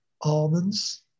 almonds